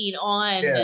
on